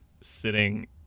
sitting